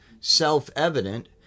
self-evident